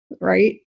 Right